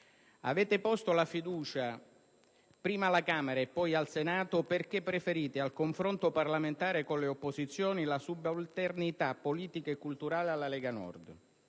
Avete posto la fiducia prima alla Camera e poi al Senato perché preferite, al confronto parlamentare con le opposizioni, la subalternità politica e culturale alla Lega Nord.